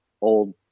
old